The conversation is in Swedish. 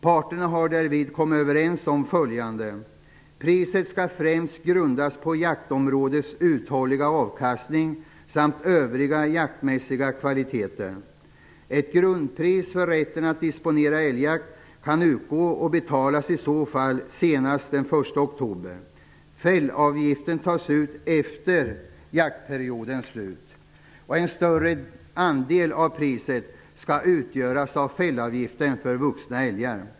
Parterna har därvid kommit överens om följande: -- Priset skall främst grundas på jaktområdets uthålliga avkastning samt övriga jaktmässiga kvaliteter. -- Ett grundpris för rätten att disponera älgjakt kan utgå och betalas i så fall senast den 1 oktober. -- En större andel av priset skall utgöras av fällavgift för vuxna älgar.